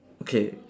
okay